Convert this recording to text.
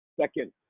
second